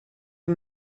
اون